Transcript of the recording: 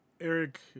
Eric